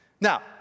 Now